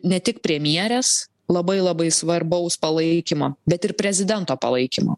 ne tik premjerės labai labai svarbaus palaikymo bet ir prezidento palaikymo